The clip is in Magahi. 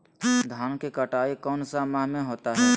धान की कटाई कौन सा माह होता है?